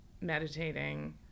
meditating